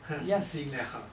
死心 liao